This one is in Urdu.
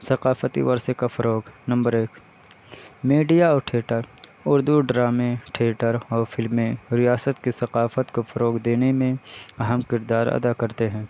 ثقافتی ورثے کا فروغ نمبر ایک میڈیا اور ٹھیٹر اردو ڈرامے ٹھیٹر اور فلمیں ریاست کے ثقافت کو فروغ دینے میں اہم کردار ادا کرتے ہیں